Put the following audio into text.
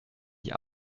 die